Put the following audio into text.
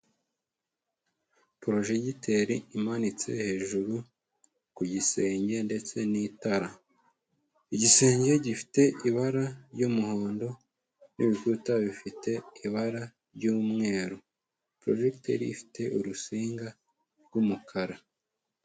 Porojekiteri imanitse hejuru ku gisenge ndetse n'itara, igisenge gifite ibara ry'umuhondo n'ibikuta bifite ibara ry'umweru, porojekiteri ifite urusinga rw'umukara.